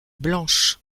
blanche